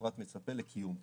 הפרט מצפה לקיום.